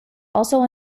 also